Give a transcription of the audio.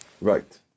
Right